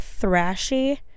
thrashy